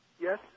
Yes